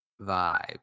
vibe